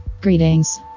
Greetings